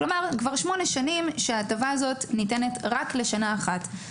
כלומר כבר שמונה שנים שההטבה הזאת ניתנת רק לשנה אחת.